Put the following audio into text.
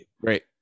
great